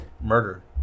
murder